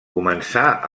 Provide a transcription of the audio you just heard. començà